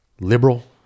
liberal